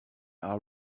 are